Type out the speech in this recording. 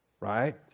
Right